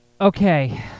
Okay